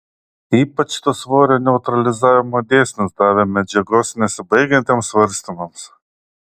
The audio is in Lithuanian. ypač tas svorio neutralizavimo dėsnis davė medžiagos nesibaigiantiems svarstymams